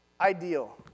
ideal